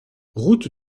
route